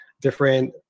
different